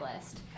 list